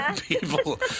People